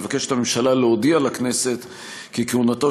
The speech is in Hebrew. מבקשת הממשלה להודיע לכנסת כי כהונתו